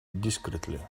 discreetly